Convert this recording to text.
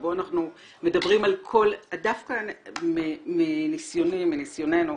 דווקא מניסיוני או מניסיוננו,